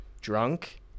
drunk